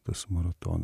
tas maratona